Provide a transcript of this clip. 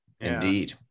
indeed